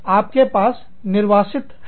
तो आपके पास निर्वासित हैं